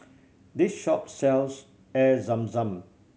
this shop sells Air Zam Zam